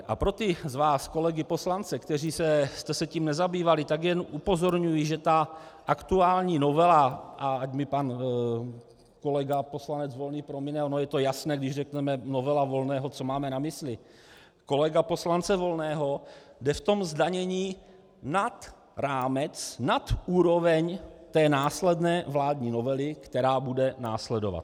A pro ty z vás kolegy poslance, kteří jste se tím nezabývali, tak jen upozorňuji, že aktuální novela, a ať mi pan kolega poslanec Volný promine, ono je to jasné, když řekneme novela Volného, co máme na mysli, kolegy poslance Volného jde ve zdanění nad rámec, nad úroveň následné vládní novely, která bude následovat.